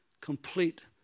complete